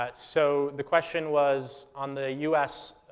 but so the question was, on the u s.